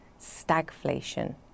stagflation